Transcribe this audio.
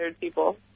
people